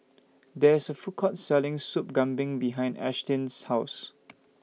There IS A Food Court Selling Soup Kambing behind Ashtyn's House